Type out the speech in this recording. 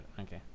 okay